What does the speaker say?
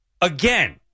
Again